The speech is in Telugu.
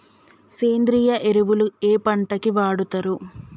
సేంద్రీయ ఎరువులు ఏ పంట కి వాడుతరు?